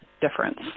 difference